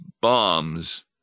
bombs